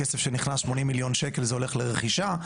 כסף שנכנס 80 מיליון שקלים זה הולך לרכישה,